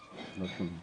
אני מתאר לעצמי,